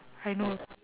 I know